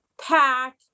Pack